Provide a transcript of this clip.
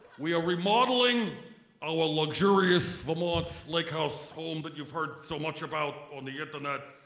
we are remodeling our luxurious vermont lake house home that you've heard so much about on the internet.